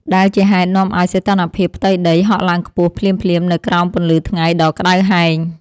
ដែលជាហេតុនាំឱ្យសីតុណ្ហភាពផ្ទៃដីហក់ឡើងខ្ពស់ភ្លាមៗនៅក្រោមពន្លឺថ្ងៃដ៏ក្ដៅហែង។